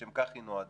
לשם כך היא נועדה,